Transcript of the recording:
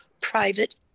private